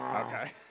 Okay